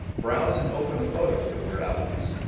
browse and open a photo from your albums.